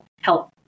help